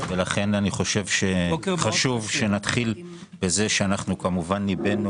לכן אני חושב שחשוב שנתחיל בזה שאנחנו כמובן ליבנו